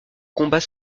combats